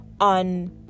on